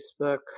facebook